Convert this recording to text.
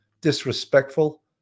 disrespectful